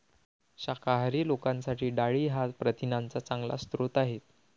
शाकाहारी लोकांसाठी डाळी हा प्रथिनांचा चांगला स्रोत आहे